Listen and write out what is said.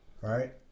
right